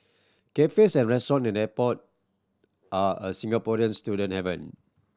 cafes and restaurant in airport are a Singaporean student haven